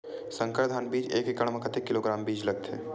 संकर धान बीज एक एकड़ म कतेक किलोग्राम बीज लगथे?